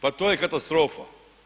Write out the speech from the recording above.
Pa to je katastrofa.